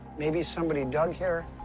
maybe somebody dug here.